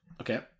Okay